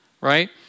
Right